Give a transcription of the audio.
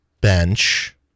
bench